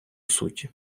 суті